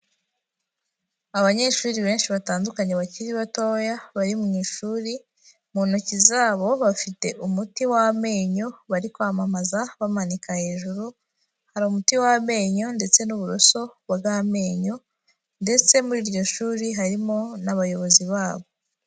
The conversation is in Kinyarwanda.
Abanyeshuri benshi batandukanye bakiri batoya bari mu ishuri, mu ntoki zabo bafite umuti w'amenyo bari kwamamaza bamanika hejuru, hari umuti w'amenyo ndetse n'uburoso bw'amenyo, ndetse muri iryo shuri harimo n'abayobozi babo.